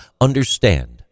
understand